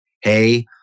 hey